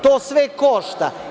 To sve košta.